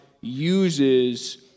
uses